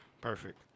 Perfect